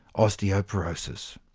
osteoporosis.